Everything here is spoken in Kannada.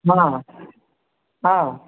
ಹಾಂ ಹಾಂ